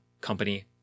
Company